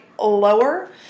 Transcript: lower